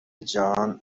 جهان